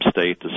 state